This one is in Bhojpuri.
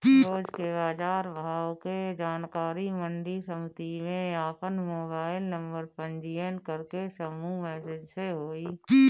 रोज के बाजार भाव के जानकारी मंडी समिति में आपन मोबाइल नंबर पंजीयन करके समूह मैसेज से होई?